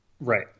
Right